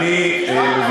אדוני השר, יש לך יעד?